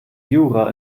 jura